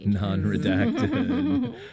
Non-redacted